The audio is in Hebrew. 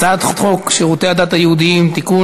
הצעת חוק שירותי הדת היהודיים (תיקון,